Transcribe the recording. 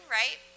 right